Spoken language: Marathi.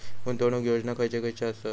गुंतवणूक योजना खयचे खयचे आसत?